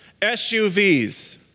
SUVs